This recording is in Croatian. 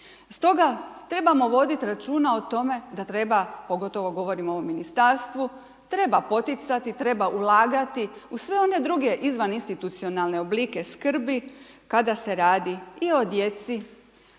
Stoga trebamo voditi računa o tome da treba, pogotovo govorimo o ministarstvu, treba poticati, treba ulagati u sve one druge izvaninstitucionalne oblike skrbi kada se radi i o djeci